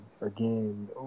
Again